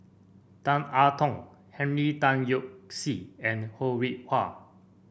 Tan I Tong Henry Tan Yoke See and Ho Rih Hwa